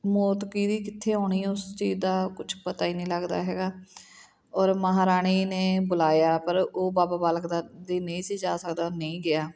ਮੌਤ ਕਿਹਦੀ ਕਿੱਥੇ ਆਉਣੀ ਆ ਉਸ ਚੀਜ਼ ਦਾ ਕੁਛ ਪਤਾ ਹੀ ਨਹੀਂ ਲੱਗਦਾ ਹੈਗਾ ਔਰ ਮਹਾਰਾਣੀ ਨੇ ਬੁਲਾਇਆ ਪਰ ਉਹ ਬਾਬਾ ਬਾਲਕ ਦਾ ਦੇ ਨਹੀਂ ਸੀ ਜਾ ਸਕਦਾ ਨਹੀਂ ਗਿਆ